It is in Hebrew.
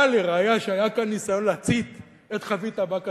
אבל לראיה שהיה כאן ניסיון להצית את חבית אבק השרפה,